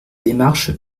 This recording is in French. démarche